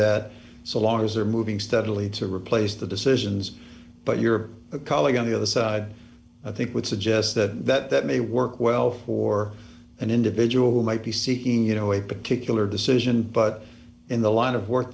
that so long as they're moving steadily to replace the decisions but your colleague on the other side i think would suggest that that may work well for an individual who might be seeking you know a particular decision but in the line of work